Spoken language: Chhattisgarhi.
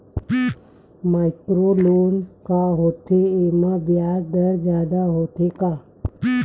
माइक्रो लोन का होथे येमा ब्याज दर जादा होथे का?